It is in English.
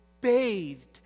bathed